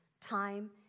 time